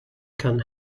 can